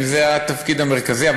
אם זה התפקיד המרכזי.